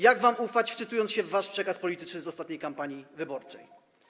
Jak wam ufać, kiedy wczytujemy się w wasz przekaz polityczny z ostatniej kampanii wyborczej?